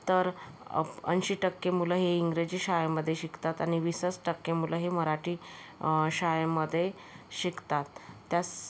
तर अ ऐंशी टक्के मुलं ही इंग्रजी शाळेमध्ये शिकतात आणि वीसच टक्के मुलं ही मराठी शाळेमध्ये शिकतात